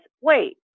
wait